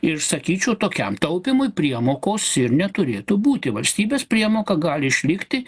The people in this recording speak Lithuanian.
ir sakyčiau tokiam taupymui priemokos ir neturėtų būti valstybės priemoka gali išlikti